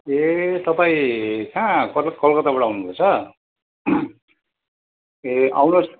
ए तपाईँ कहाँ कलकत्ताबाट आउनुहुँदैछ ए आउनुहोस्